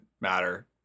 matter